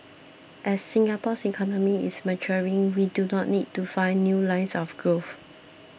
as Singapore's economy is maturing we do not need to find new lines of growth